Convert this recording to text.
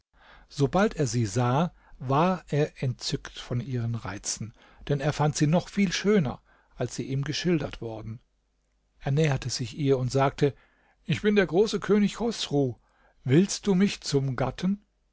sobald er sie sah war er entzückt von ihren reizen denn er fand sie noch viel schöner als sie ihm geschildert worden er näherte sich ihr und sagte ich bin der große könig chosru willst du mich zum gatten